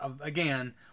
again